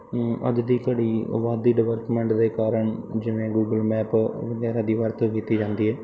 ਅੱਜ ਦੀ ਘੜੀ ਆਬਾਦੀ ਡਿਵੈਲਪਮੈਂਟ ਦੇ ਕਾਰਨ ਜਿਵੇਂ ਗੂਗਲ ਮੈਪ ਵਗੈਰਾ ਦੀ ਵਰਤੋਂ ਕੀਤੀ ਜਾਂਦੀ ਹੈ